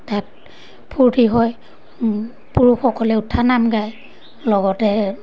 তাত ফূৰ্তি হয় পুৰুষসকলে উঠা নাম গায় লগতে